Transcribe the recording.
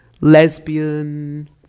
lesbian